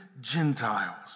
Gentiles